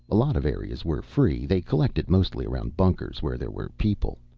a lot of areas were free. they collected mostly around bunkers, where there were people.